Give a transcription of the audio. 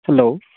hello